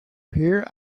here